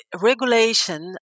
regulation